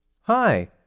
Hi